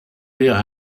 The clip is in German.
wäre